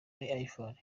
iphone